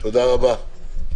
תודה רבה.